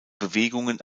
bewegungen